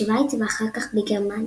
שווייץ ואחר כך בגרמניה.